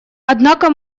однако